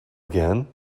again